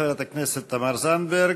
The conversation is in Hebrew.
חברת הכנסת תמר זנדברג,